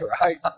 right